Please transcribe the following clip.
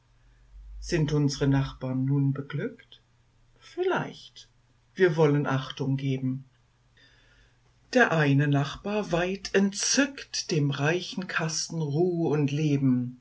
sind unsre nachbarn nun beglückt vielleicht wir wollen achtung geben der eine nachbar weiht entzückt dem reichen kasten ruh und leben